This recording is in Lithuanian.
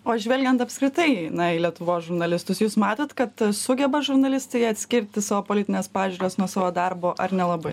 o žvelgiant apskritai na į lietuvos žurnalistus jūs matot kad sugeba žurnalistai atskirti savo politines pažiūras nuo savo darbo ar nelabai